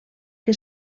que